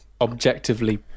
objectively